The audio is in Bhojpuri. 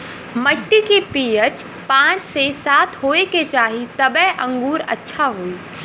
मट्टी के पी.एच पाँच से सात होये के चाही तबे अंगूर अच्छा होई